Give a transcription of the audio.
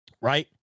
Right